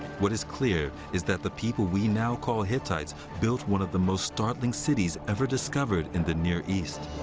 what is clear is that the people we now call hittites built one of the most startling cities ever discovered in the near east